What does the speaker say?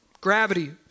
Gravity